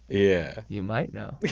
yeah you might know.